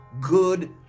good